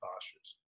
postures